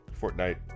Fortnite